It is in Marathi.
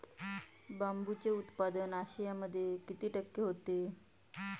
बांबूचे उत्पादन आशियामध्ये किती टक्के होते?